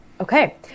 Okay